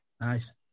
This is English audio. nice